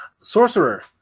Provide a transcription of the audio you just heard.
Sorcerer